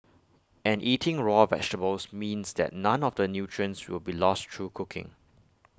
and eating raw vegetables means that none of the nutrients will be lost through cooking